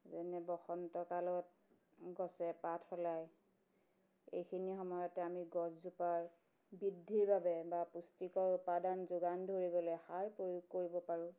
যেনে বসন্ত কালত গছে পাত সলায় এইখিনি সময়তে আমি গছজোপাৰ বৃদ্ধিৰ বাবে বা পুষ্টিকৰ উপাদান যোগান ধৰিবলৈ সাৰ প্ৰয়োগ কৰিব পাৰোঁ